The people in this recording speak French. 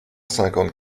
cinquante